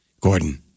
Gordon